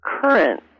current